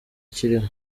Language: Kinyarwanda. kiriho